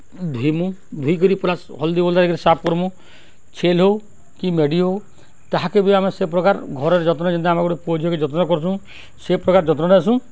ଧୁଇମୁ ଧୁଇକରି ପୁରା ହଲ୍ଦି ହୁଲ୍ଦା କରି ସାଫ୍ କର୍ମୁ ଛେଲ୍ ହଉ କି ମେଢ଼ି ହଉ ତାହାକେ ବି ଆମେ ସେ ପ୍ରକାର ଘରରେ ଯତ୍ନ ଯେନ୍ତା ଆମେ ଗୁଟେ ପୁଅ ଝିଅକେ ଯତ୍ନ କର୍ସୁଁ ସେ ପ୍ରକାର୍ ଯତ୍ନ ନେସୁଁ